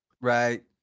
Right